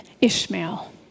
Ishmael